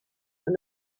and